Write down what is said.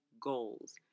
goals